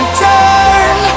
turn